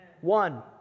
one